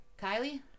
Kylie